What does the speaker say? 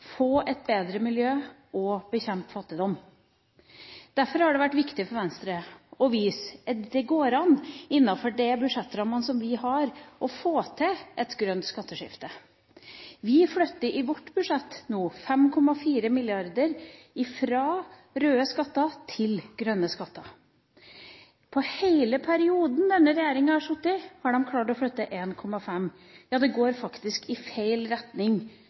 få et bedre miljø og bekjempe fattigdom. Derfor har det vært viktig for Venstre å vise at det går an innafor de budsjettrammene vi har, å få til et grønt skatteskifte. Vi flytter i vårt budsjett nå 5,4 mrd. kr fra røde skatter til grønne skatter. I hele perioden denne regjeringa har sittet, har de klart å flytte 1,5 mrd. kr, ja, det går faktisk i feil retning